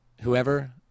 Whoever